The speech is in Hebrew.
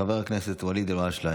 חבר הכנסת ואליד אלהואשלה,